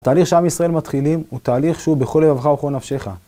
תהליך שעם ישראל מתחילים הוא תהליך שהוא בכל לבבך ובכל נפשך.